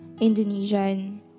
Indonesian